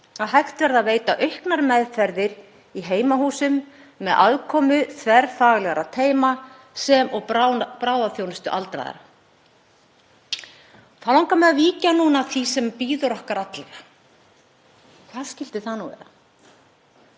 að hægt verði að veita auknar meðferðir í heimahúsum með aðkomu þverfaglegra teyma sem og bráðaþjónustu aldraðra. Þá langar mig að víkja að því sem bíður okkar allra. Hvað skyldi það nú vera?